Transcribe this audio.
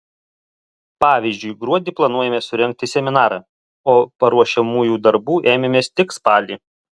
pavyzdžiui gruodį planuojame surengti seminarą o paruošiamųjų darbų ėmėmės tik spalį